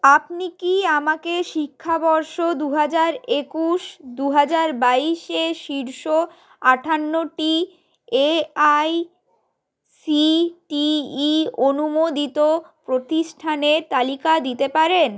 আপনি কি আমাকে শিক্ষাবর্ষ দু হাজার একুশ দু হাজার বাইশে শীর্ষ আটান্নটি A I C T E অনুমোদিত প্রতিষ্ঠানের তালিকা দিতে পারেন